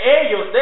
ellos